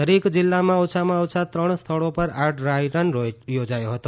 દરેક જિલ્લામાં ઓછામાં ઓછા ત્રણ સ્થળો પર આ ડ્રાયરન યોજાયો હતો